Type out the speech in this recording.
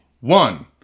One